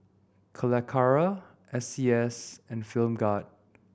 Calacara S C S and Film God